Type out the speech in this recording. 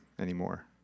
anymore